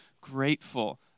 grateful